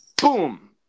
boom